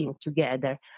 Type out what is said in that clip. together